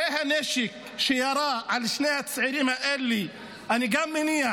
כלי הנשק שירה על שני הצעירים האלה, אני גם מניח